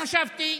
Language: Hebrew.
ואז חשבתי,